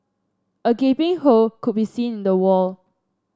a gaping hole could be seen in the wall